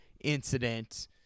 incident